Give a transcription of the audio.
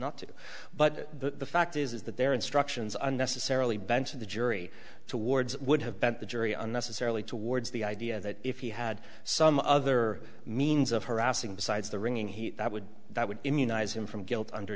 not to but the fact is that their instructions unnecessarily bent to the jury towards would have been the jury unnecessarily towards the idea that if he had some other means of harassing besides the ringing he would that would immunize him from guilt under